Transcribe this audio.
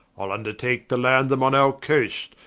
ile vndertake to land them on our coast,